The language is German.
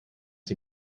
sie